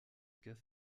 cas